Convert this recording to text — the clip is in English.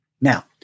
Now